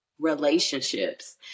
relationships